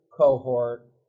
cohort